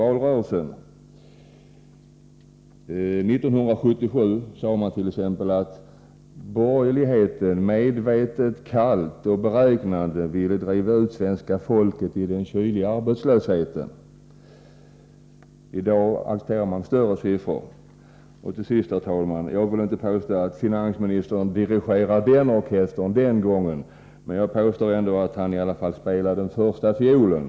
1977 sade man t.ex. att borgerligheten medvetet, kallt och beräknande drev ut svenska folket i den kyliga arbetslösheten. I dag accepterar man själv högre siffror. Jag vill inte påstå att finansministern dirigerade den orkestern den gången, men jag påstår ändå att han i alla fall spelade första fiolen.